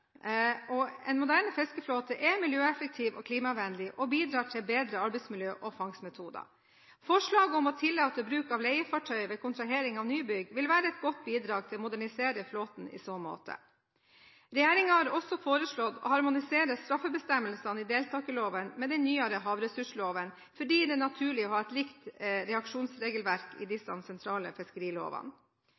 En moderne fiskeflåte er miljøeffektiv og klimavennlig – og bidrar til bedre arbeidsmiljø og bedre fangstmetoder. Forslaget om å tillate bruk av leiefartøy ved kontrahering av nybygg vil være et godt bidrag til å modernisere flåten i så måte. Regjeringen har også foreslått å harmonisere straffebestemmelsene i deltakerloven med den nyere havressursloven, fordi det er naturlig å ha et likt reaksjonsregelverk i disse sentrale fiskerilovene.